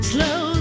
Slow